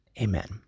Amen